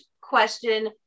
question